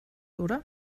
oder